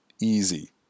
Easy